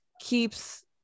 keeps